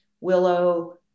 willow